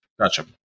Gotcha